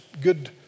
good